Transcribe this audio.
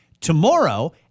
Tomorrow